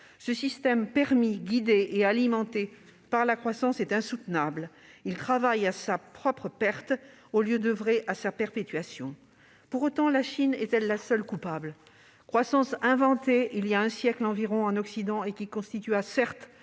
Ce système, permis, guidé et alimenté par la croissance, est insoutenable :[...] il travaille à sa propre perte au lieu d'oeuvrer à sa perpétuation. » Néanmoins, la Chine est-elle la seule coupable ? Inventée il y a un siècle environ en Occident, cette croissance constitua, certes,